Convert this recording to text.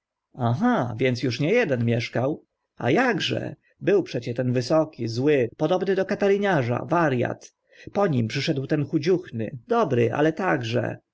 aha więc uż nie eden mieszkał a akże był przecie ten wysoki zły podobny do kataryniarza wariat po nim przyszedł ten chudziuchny dobry ale także